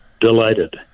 delighted